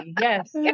Yes